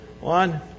One